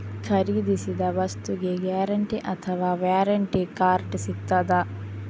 ಖರೀದಿಸಿದ ವಸ್ತುಗೆ ಗ್ಯಾರಂಟಿ ಅಥವಾ ವ್ಯಾರಂಟಿ ಕಾರ್ಡ್ ಸಿಕ್ತಾದ?